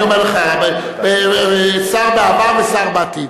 אני אומר לך: שר בעבר ושר בעתיד.